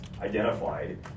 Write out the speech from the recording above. identified